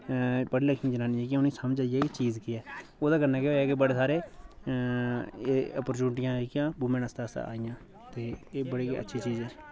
पढ़ी लिखी जनानियां जेह्कियां उ'नेंगी समझ आई गेई कि एह् चीज़ केह् ऐ ओह्दे कन्नै केह् होएया कि बड़े सारे एह् ओपरचूटनियां जेह्कियां वूमेन आस्तै आस्तै आइयां ते एह् बड़ी अच्छी चीज ऐ